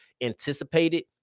anticipated